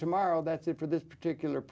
tomorrow that's it for this particular